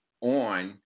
on